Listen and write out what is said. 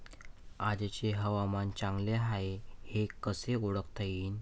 आजचे हवामान चांगले हाये हे कसे ओळखता येईन?